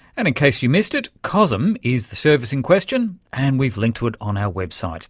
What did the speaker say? and in case you missed it, cosm is the service in question and we've linked to it on our website.